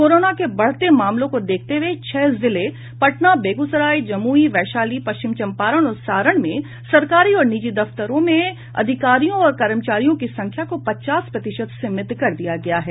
corona के बढ़ते मामलों को देखते हुए छह जिले पटना बेगुसराय जमुई वैशाली पश्चिमी चंपारण और सारण में सरकारी और निजी दफ्तरों में अधिकारियों और कर्मचारियों की संख्या को पचास प्रतिशत सीमित कर दिया गया है